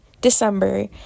December